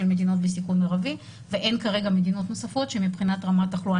מדינה בסיכון מרבי ואין כרגע מדינות נוספות שמבחינת רמת תחלואה